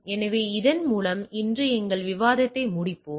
எனவே இதன் மூலம் இன்று எங்கள் விவாதத்தை முடிப்போம்